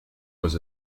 was